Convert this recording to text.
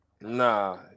Nah